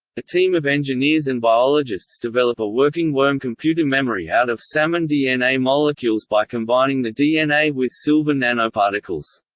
a team of engineers and biologists develop a working worm computer memory out of salmon dna molecules by combining the dna with silver nanoparticles.